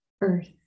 earth